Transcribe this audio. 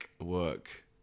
Work